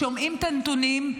שומעים את הנתונים,